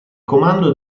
comando